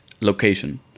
location